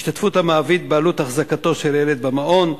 השתתפות המעביד בעלות החזקתו של ילד במעון.